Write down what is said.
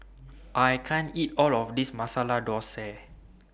I can't eat All of This Masala Thosai